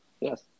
yes